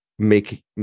make